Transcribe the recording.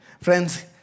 Friends